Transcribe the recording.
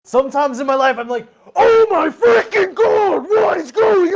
sometimes in my life i'm like oh my frickin' god! what is going yeah